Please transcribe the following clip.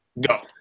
Go